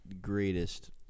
greatest